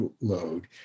load